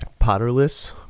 Potterless